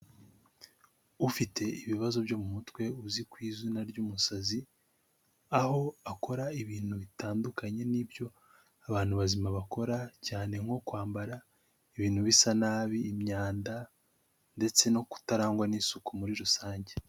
Ufite ibibazo byo mu mutwe uzwi ku izina ry'umusazi aho akora ibintu bitandukanye n'ibyo abantu bazima bakora cyane nko kwambara ibintu bisa nabi imyanda ndetse no kutarangwa n'isuku muri rusange.